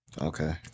Okay